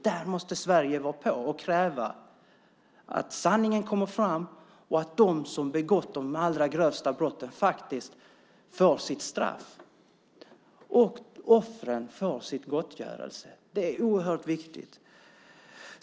Där måste Sverige vara på och kräva att sanningen kommer fram, att de som har begått de allra grövsta brotten får sitt straff och att offren får gottgörelse. Det är oerhört viktigt.